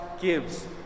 gives